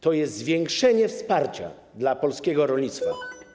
To jest zwiększenie wsparcia dla polskiego rolnictwa.